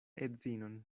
edzinon